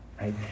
Right